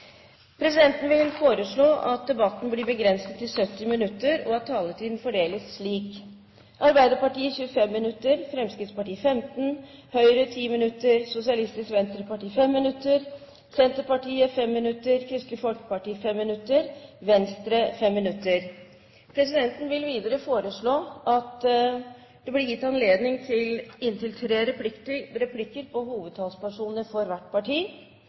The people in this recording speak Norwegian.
Presidenten vil foreslå at debatten blir begrenset til 70 minutter, og at taletiden fordeles slik: Arbeiderpartiet 25 minutter, Fremskrittspartiet 15 minutter, Høyre 10 minutter, Sosialistisk Venstreparti 5 minutter, Senterpartiet 5 minutter, Kristelig Folkeparti 5 minutter og Venstre 5 minutter. Videre vil presidenten foreslå at det blir gitt anledning til inntil tre replikker med svar etter innlegg fra hovedtalspersonene for hvert parti.